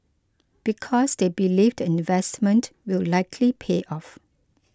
because they believe the investment will likely pay off